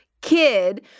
kid